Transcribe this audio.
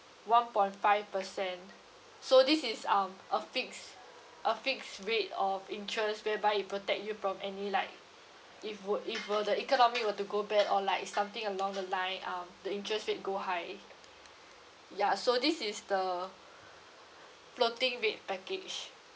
one point five percent so this is um a fixed a fixed rate of interest whereby it protect you from any like if would if were the economy were to go bad or like something along the line um the interest rate go high ya so this is the floating rate package